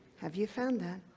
have you found that?